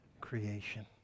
creation